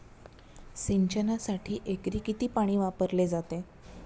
सिंचनासाठी एकरी किती पाणी वापरले जाते?